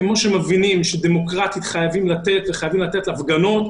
כמו שמבינים שדמוקרטית חייבים לאשר להשתתף בהפגנות,